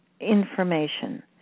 information